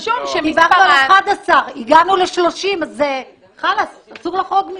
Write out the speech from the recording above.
דיברנו על 11, הגענו ל-30, חאלס, אסור לחרוג מזה.